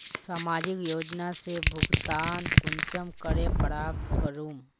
सामाजिक योजना से भुगतान कुंसम करे प्राप्त करूम?